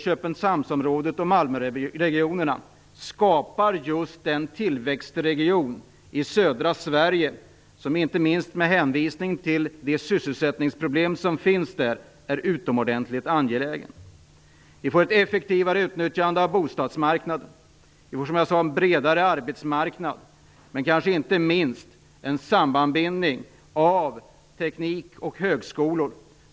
Köpenhamnsområdet, och Malmöregionen skapar just den tillväxtregion i södra Sverige som inte minst med hänvisning till de sysselsättningsproblem som finns där är utomordentligt angelägen. Det blir ett effektivare utnyttjande av bostadsmarknaden. Som jag sade blir det en bredare arbetsmarknad men kanske inte minst en sammanbindning av teknik och högskolor.